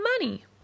money